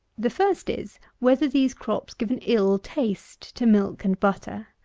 the first is, whether these crops give an ill taste to milk and butter.